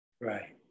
right